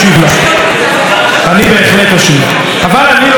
אבל אני לא סיימתי עדיין להשיב לחברת הכנסת לבני,